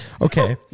Okay